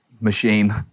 machine